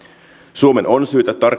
suomen on syytä